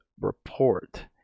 report